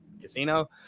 casino